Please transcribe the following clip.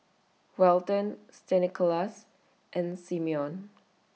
Welton Stanislaus and Simeon